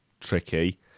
Tricky